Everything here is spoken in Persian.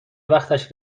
وقتش